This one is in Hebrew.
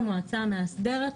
למועצה המאסדרת,